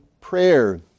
prayer